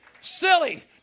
Silly